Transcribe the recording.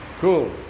cool